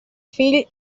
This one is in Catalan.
fill